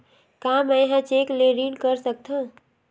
का मैं ह चेक ले ऋण कर सकथव?